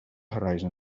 horizon